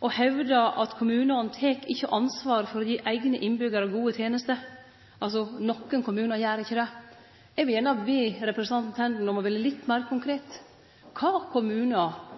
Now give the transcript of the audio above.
og hevdar at kommunane ikkje tek ansvar for å gi eigne innbyggjarar gode tenester – altså nokre kommunar gjer ikkje det. Eg vil gjerne be representanten Tenden om å vere litt meir konkret. Kva for kommunar